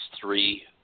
three